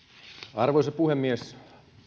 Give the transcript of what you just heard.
arvoisa puhemies